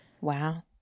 Wow